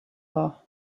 law